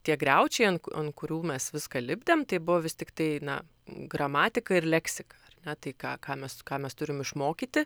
tie griaučiai ant ant kurių mes viską lipdėm tai buvo tiktai na gramatika ir leksika na tai ką ką mes ką mes turim išmokyti